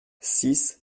six